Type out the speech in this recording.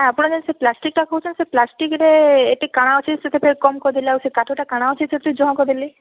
ଆପଣ ସେ ପ୍ଲାଷ୍ଟିକ୍ଟା କହୁଛନ୍ତି ସେ ପ୍ଲାଷ୍ଟିକ୍ରେ ଏତେ କ'ଣ ଅଛି ସେଥିପାଇଁ କମ୍ କରିଦେଲେ ଆଉ ସେ କାଠଟା କ'ଣ ଅଛି ଜମା କରିଦେଲେ